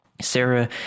Sarah